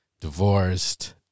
divorced